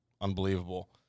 unbelievable